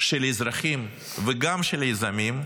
של האזרחים וגם של היזמים,